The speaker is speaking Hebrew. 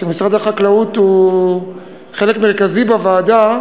כשמשרד החקלאות הוא חלק מרכזי בוועדה,